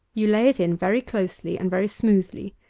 you lay it in very closely and very smoothly,